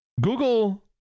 Google